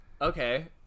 okay